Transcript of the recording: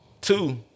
Two